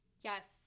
Yes